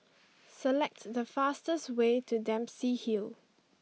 select the fastest way to Dempsey Hill